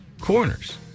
corners